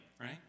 right